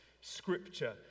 Scripture